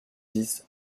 dix